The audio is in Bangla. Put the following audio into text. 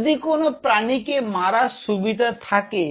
যদি কোন প্রাণীকে মারার সুবিধা থাকে